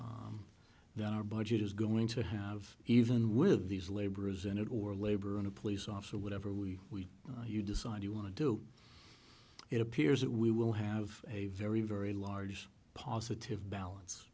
that our budget is going to have even with these laborers in it or labor in a police officer whatever we you decide you want to do it appears that we will have a very very large positive balance